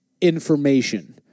information